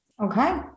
okay